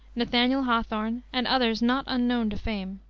nathaniel hawthorne and others not unknown to fame.